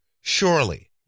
Surely